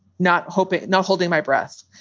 not hope it. not holding my breath.